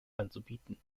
anzubieten